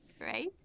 right